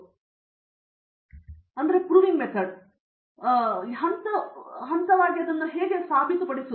ಹಂತ ಬುದ್ಧಿವಂತನೆಂದು ನಾನು ನಿಮಗೆ ಹೇಗೆ ತಿಳಿಯುವುದು